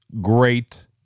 great